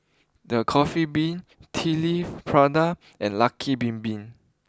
the Coffee Bean Tea leaf Prada and Lucky Bin Bin